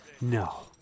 No